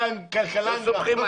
זה לא